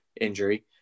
injury